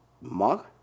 mug